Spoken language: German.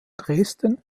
dresden